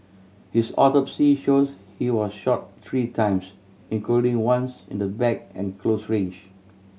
his autopsy shows he was shot three times including once in the back at close range